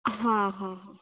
हां हां